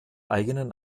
eigenen